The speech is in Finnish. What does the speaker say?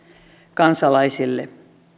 kansalaisille